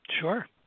Sure